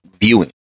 viewing